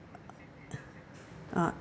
uh